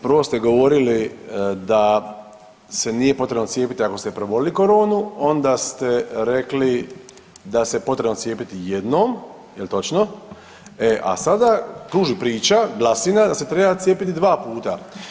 Prvo ste govorili da se nije potrebno cijepiti ako ste prebolili koronu, onda ste rekli da se potrebno cijepiti jednom, jel točno, a sada kruži priča, glasina da se treba cijepiti dva puta.